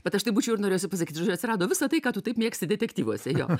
bet aš tai būčiau ir norėjusi pasakyt žodžiu atsirado visa tai ką tu taip mėgsti detektyvuose jo